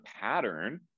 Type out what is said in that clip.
pattern